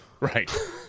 Right